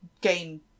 game